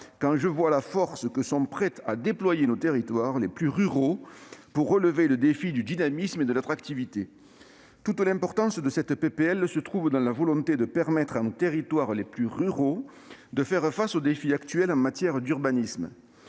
-quand je vois l'énergie que sont prêts à déployer nos territoires les plus ruraux pour relever le défi du dynamisme et de l'attractivité. Cette proposition de loi est importante, car elle traduit une volonté de permettre à nos territoires les plus ruraux de faire face aux défis actuels en matière d'urbanisme.